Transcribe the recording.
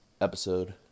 episode